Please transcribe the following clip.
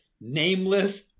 nameless